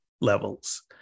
levels